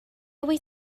wyt